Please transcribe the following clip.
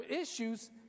issues